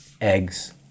Eggs